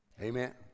amen